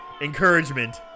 encouragement